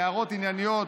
ענייניות.